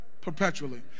perpetually